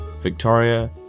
Victoria